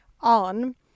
On